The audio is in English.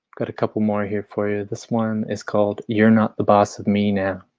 got a couple more here for you. this one is called you're not the boss of me now.